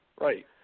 Right